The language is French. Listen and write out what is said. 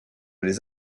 les